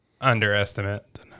Underestimate